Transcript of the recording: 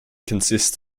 consists